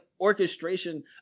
orchestration